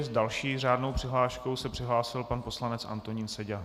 S další řádnou přihláškou se přihlásil pan poslanec Antonín Seďa.